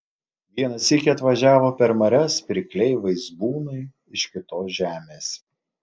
vieną sykį atvažiavo per marias pirkliai vaizbūnai iš kitos žemės